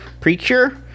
Precure